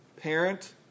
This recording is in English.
parent